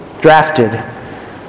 drafted